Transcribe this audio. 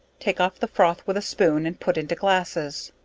take off the froth with a spoon, and put into glasses.